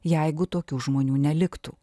jeigu tokių žmonių neliktų